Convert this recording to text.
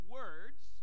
words—